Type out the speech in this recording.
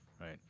right